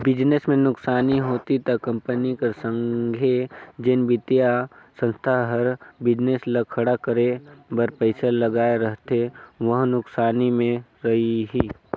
business में नुकसानी होही ता कंपनी कर संघे जेन बित्तीय संस्था हर बिजनेस ल खड़ा करे बर पइसा लगाए रहथे वहूं नुकसानी में रइही